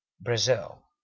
Brazil